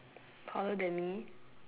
taller than me